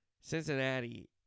Cincinnati